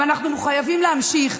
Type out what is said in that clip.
ואנחנו מחויבים להמשיך,